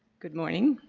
good morning.